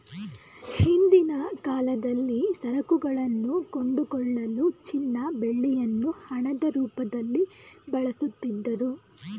ಹಿಂದಿನ ಕಾಲದಲ್ಲಿ ಸರಕುಗಳನ್ನು ಕೊಂಡುಕೊಳ್ಳಲು ಚಿನ್ನ ಬೆಳ್ಳಿಯನ್ನು ಹಣದ ರೂಪದಲ್ಲಿ ಬಳಸುತ್ತಿದ್ದರು